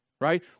right